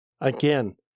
Again